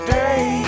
day